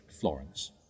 Florence